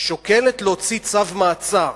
שוקלת להוציא צו מעצר